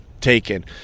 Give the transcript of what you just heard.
taken